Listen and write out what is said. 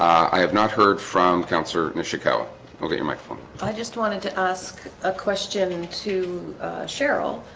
i have not heard from councillor, nishikawa okay a microphone. i just wanted to ask a question to cheryl